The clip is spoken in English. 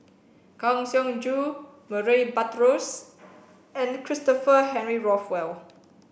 Kang Siong Joo Murray Buttrose and Christopher Henry Rothwell